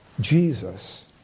Jesus